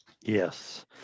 Yes